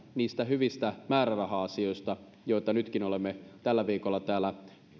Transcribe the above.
niistä hyvistä määräraha asioista joista nytkin olemme tällä viikolla täällä